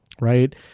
right